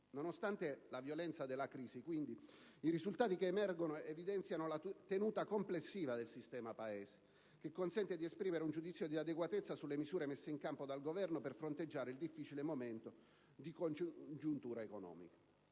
Nonostante la violenza della crisi, quindi, i risultati che emergono evidenziano la tenuta complessiva del sistema Paese, che consente di esprimere un giudizio di adeguatezza sulle misure messe in campo dal Governo per fronteggiare il difficile momento di congiuntura economica.